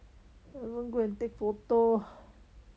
I don't want go and take photo